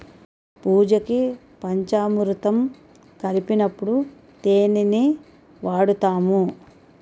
పూజకి పంచామురుతం కలిపినప్పుడు తేనిని వాడుతాము